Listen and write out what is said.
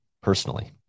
personally